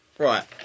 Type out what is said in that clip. Right